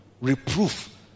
Reproof